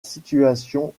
situation